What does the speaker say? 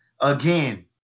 Again